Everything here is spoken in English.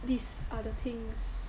these are the things